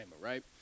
right